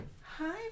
Hi